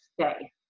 stay